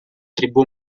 tribù